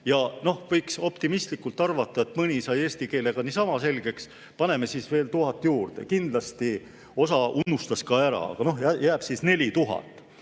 võiks optimistlikult arvata, et mõni sai eesti keele ka niisama selgeks, paneme siis veel 1000 juurde. Kindlasti osa unustas ka ära, aga jääb siis 4000.